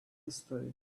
history